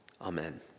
Amen